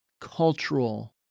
cultural